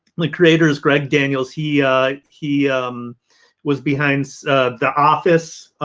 and the creator is greg daniels he he was behind so the office,